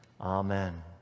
Amen